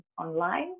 online